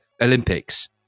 Olympics